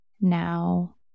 now